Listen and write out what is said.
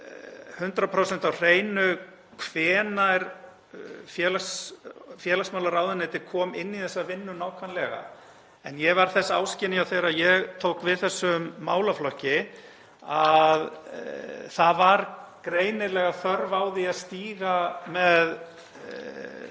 með það 100% á hreinu hvenær félagsmálaráðuneytið kom inn í þessa vinnu nákvæmlega. En ég varð þess áskynja þegar ég tók við þessum málaflokki að það var greinilega þörf á því að stíga með